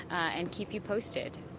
and keep you posted.